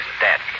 dead